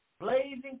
blazing